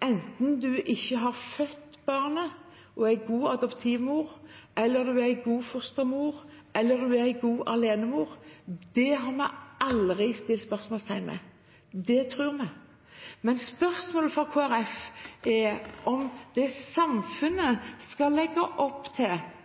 når du ikke har født barnet, enten en god adoptivmor, en god fostermor eller en god alenemor. Dette har vi aldri stilt spørsmål ved. Det tror vi. Men spørsmålet for Kristelig Folkeparti er om